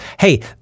Hey